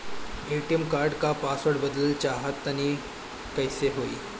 ATM card क password बदलल चाहा तानि कइसे होई?